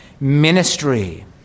ministry